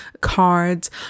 cards